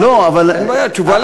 בסדר, אין בעיה, תשובה לגיטימית.